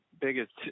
biggest